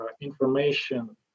Information